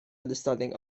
understanding